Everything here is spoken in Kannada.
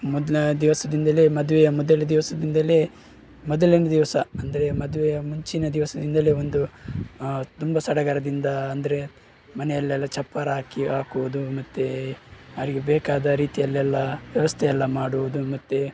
ಮೊದಲ ದಿವಸದಿಂದಲೇ ಮದುವೆಯ ಮೊದಲ ದಿವಸದಿಂದಲೇ ಮೊದಲನೇ ದಿವಸ ಅಂದರೆ ಮದುವೆಯ ಮುಂಚಿನ ದಿವಸದಿಂದಲೇ ಒಂದು ತುಂಬ ಸಡಗರದಿಂದ ಅಂದರೆ ಮನೆಯಲ್ಲೆಲ್ಲ ಚಪ್ಪರ ಹಾಕಿ ಹಾಕುವುದು ಮತ್ತೆ ಅವರಿಗೆ ಬೇಕಾದ ರೀತಿಯಲ್ಲೆಲ್ಲ ವ್ಯವಸ್ಥೆ ಎಲ್ಲ ಮಾಡುವುದು ಮತ್ತೆ